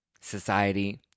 society